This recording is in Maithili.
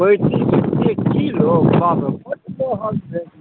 पैंतीस रुपए किलो बाप रे बड्ड महँग भेल यौ